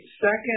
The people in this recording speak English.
second